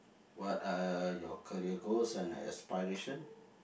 what are your career goals and aspiration